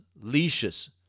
leashes